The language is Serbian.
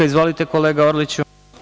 Izvolite, kolega Orliću.